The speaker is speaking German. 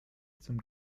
zum